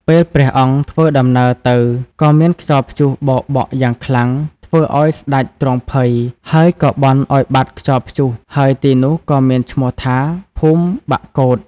ពេលព្រះអង្គធ្វើដំណើរទៅ ក៏មានខ្យល់ព្យុះបោកបក់យ៉ាងខ្លាំង ធ្វើឱ្យស្តេចទ្រង់ភ័យ ហើយក៏បន់ឲ្យបាត់ខ្យល់ព្យុះ ហើយទីនោះក៏មានឈ្មោះថា ភូមិបាក់កូត។